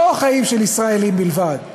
לא חיים של ישראלים בלבד.